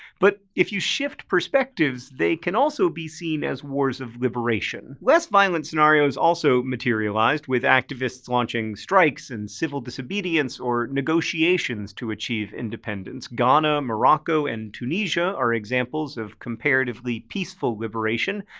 but if you shift perspectives, they can also seen as wars of liberation. less violent scenarios also materialized, with activists launching strikes, and civil disobedience, or negotiations to achieve independence. ghana, morocco, and tunisia are examples of comparatively peaceful liberation.